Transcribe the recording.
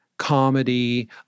comedy